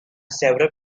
several